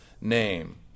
name